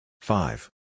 Five